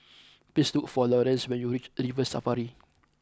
please look for Lorenz when you reach River Safari